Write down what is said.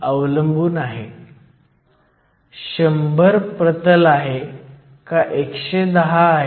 तर NA हे 1018cm 3 आहे ND हे 1016 आहे